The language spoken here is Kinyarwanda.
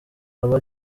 aba